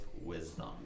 wisdom